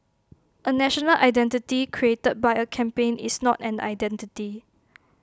A national identity created by A campaign is not an identity